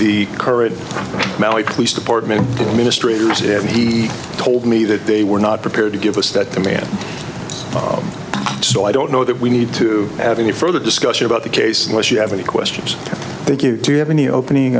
the current police department ministries if he told me that they were not prepared to give us that demand so i don't know that we need to have any further discussion about the case unless you have any questions thank you do you have any opening